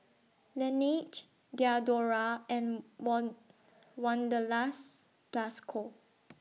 Laneige Diadora and Wan Wanderlust Plus Co